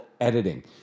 editing